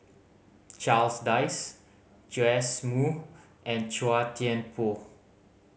Charles Dyce Joash Moo and Chua Thian Poh